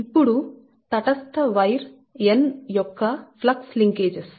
ఇప్పుడు తటస్థ wire n యొక్క ఫ్లక్స్ లింకేజెస్